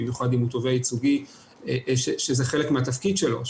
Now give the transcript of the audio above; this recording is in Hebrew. במיוחד אם הוא תובע ייצוגי שזה חלק מהתפקיד שלו.